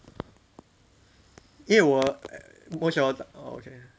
因为我 most of the orh okay